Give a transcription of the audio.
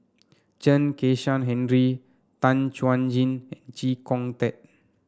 Chen Kezhan Henri Tan Chuan Jin and Chee Kong Tet